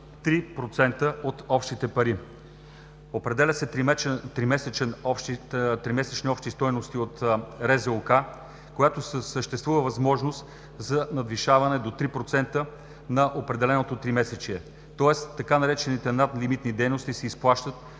3% от общите пари. Определят се 3-месечни общи стойности от РЗОК, като съществува възможност за надвишаване до 3% на определеното 3-месечие. Тоест, така наречените „надлимитни дейности“ се изплащат,